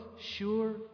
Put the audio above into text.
sure